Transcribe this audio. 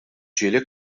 ġieli